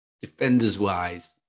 Defenders-wise